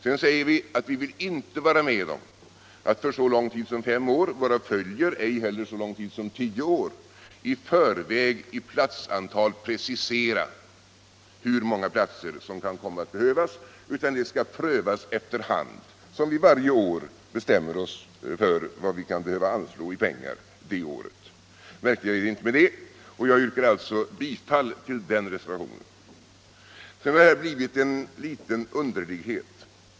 Sedan säger vi att vi inte vill vara med om att för så lång tid som fem år — varav följer ej heller för så lång tid som tio år — i förväg i platsantal precisera hur stor utbyggnad som behövs. Denna fråga skall i stället prövas efter hand, så att vi varje år bestämmer oss för vad vi kan behöva anslå i pengar. Märkligare är det inte med det. Jag yrkar alltså bifall till den reservationen. Sedan har det blivit en liten underlighet.